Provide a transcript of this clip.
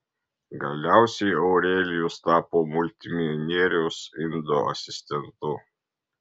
galiausiai aurelijus tapo multimilijonieriaus indo asistentu